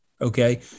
Okay